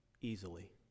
easily